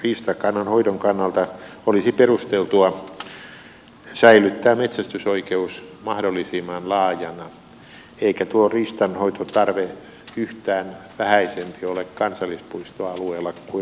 riistakannan hoidon kannalta olisi perusteltua säilyttää metsästysoikeus mahdollisimman laajana eikä tuo riistanhoitotarve yhtään vähäisempi ole kansallispuistoalueella kuin muillakaan alueilla